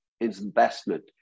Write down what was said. investment